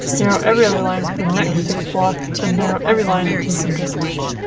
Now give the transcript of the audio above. narrow every other line for the next six blocks, then narrow every line until you come to a point.